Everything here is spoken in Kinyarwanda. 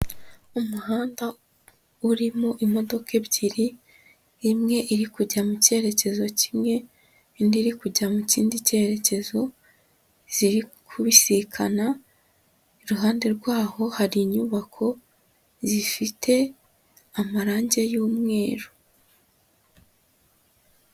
Umuhanda urimo imodoka ebyiri, imwe iri kujya mu cyerekezo kimwe indi iri kujya mu kindi cyerekezo, ziri kubisikana, iruhande rwaho hari inyubako zifite amarange y'umweru.